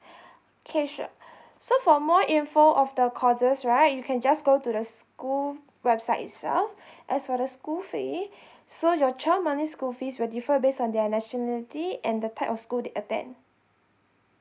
okay sure so for more info of the courses right you can just go to the school website itself as for the school fee so your child monthly school fees will differ based on their nationality and the type of school they attend